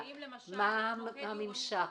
מה הממשק?